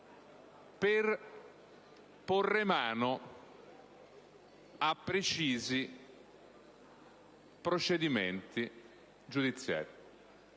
per porre mano a precisi procedimenti giudiziari.